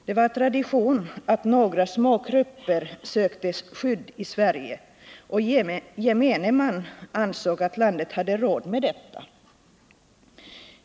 Det var tradition att några små grupper sökte skydd i Sverige, och gemene man ansåg att landet hade råd med detta.